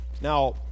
Now